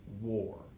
war